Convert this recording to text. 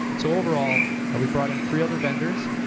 so overall, we brought in three other vendors.